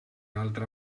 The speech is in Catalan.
altra